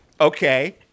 okay